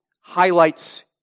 highlights